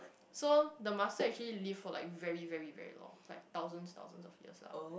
so the master actually live for like very very very long like thousands thousands of years lah